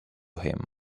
him